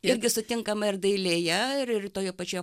irgi sutinkama ir dailėje ir ir toje pačioje